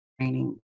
training